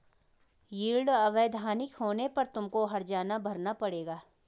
yield अवैधानिक होने पर तुमको हरजाना भरना पड़ेगा